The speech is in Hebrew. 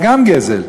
זה גם גזל,